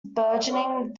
burgeoning